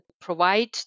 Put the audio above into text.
provide